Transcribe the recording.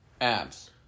abs